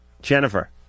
Jennifer